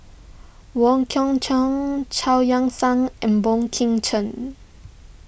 Wong Kwei Cheong Chao Yoke San and Boey Kim Cheng